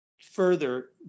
further